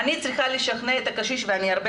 אני צריכה לשכנע את הקשיש ואני הרבה